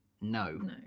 No